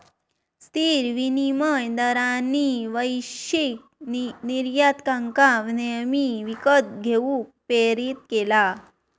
स्थिर विनिमय दरांनी वैश्विक निर्यातकांका नेहमी विकत घेऊक प्रेरीत केला